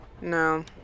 No